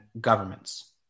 governments